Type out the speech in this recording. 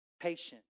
patient